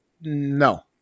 no